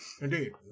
Indeed